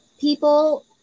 people